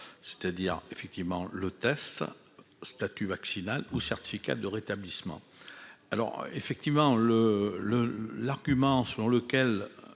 c'est-à-dire effectivement le taf statut vaccinal ou certificat de rétablissement alors effectivement le le l'argument selon lequel